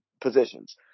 positions